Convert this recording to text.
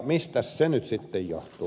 mistä se nyt sitten johtuu